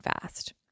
fast